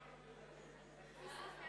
אני מבקש להצביע על בקשתו של יושב-ראש ועדת הכספים